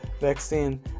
vaccine